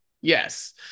yes